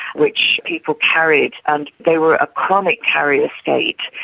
which people carried. and they were a chronic carrier state.